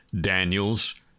Daniels